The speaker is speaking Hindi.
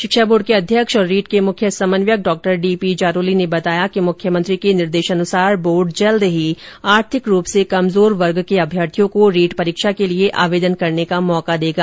शिक्षा बोर्ड के अध्यक्ष और रीट के मुख्य समन्वयक डॉ डीपी जारौली ने बताया कि मुख्यमंत्री के निर्देशानुसार बोर्ड जल्द ही आर्थिक रूप से कमजोर वर्ग के अभ्यर्थियों को रीट परीक्षा के लिए आवेदन करने का मौका देगा